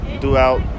throughout